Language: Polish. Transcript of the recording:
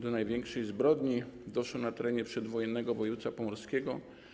Do największej zbrodni doszło na terenie przedwojennego województwa pomorskiego.